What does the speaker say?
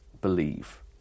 believe